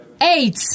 Eight